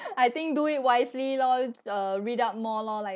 I think do it wisely loh it~(uh) read up more lor like